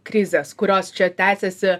krizės kurios čia tęsiasi